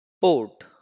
port